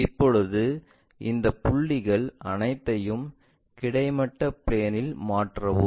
இப்போது இந்த புள்ளிகள் அனைத்தையும் கிடைமட்ட பிளேன்இல் மாற்றவும்